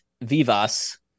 Vivas